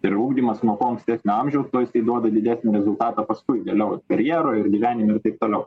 tai yra ugdymas nuo to ankstesnio amžiaus tuo jisai duoda didesnį rezultatą paskui vėliau ir karjeroj ir gyvenime ir taip toliau